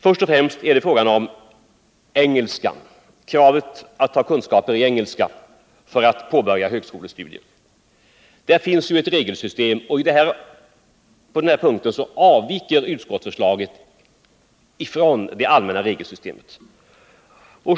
Först och främst är det fråga om kravet på att ha kunskaper i engelska för att påbörja högskolestudier. På denna punkt avviker utskottsförslaget från det allmänna regelsystem som finns.